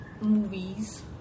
movies